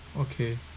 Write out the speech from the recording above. okay